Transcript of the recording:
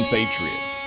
Patriots